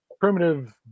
primitive